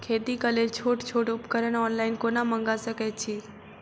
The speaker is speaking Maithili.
खेतीक लेल छोट छोट उपकरण ऑनलाइन कोना मंगा सकैत छी?